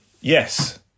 Yes